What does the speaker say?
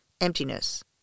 Emptiness